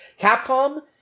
Capcom